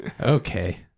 Okay